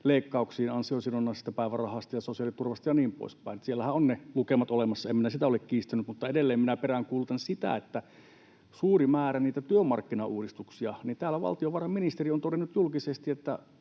leikkauksiin ansiosidonnaisesta päivärahasta ja sosiaaliturvasta ja niin poispäin. Siellähän ovat ne lukemat olemassa. En minä sitä ole kiistänyt. Mutta edelleen minä peräänkuulutan sitä, että kun on suuri määrä niitä työmarkkinauudistuksia, niin täällä valtiovarainministeri on todennut julkisesti,